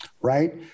right